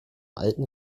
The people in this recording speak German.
alten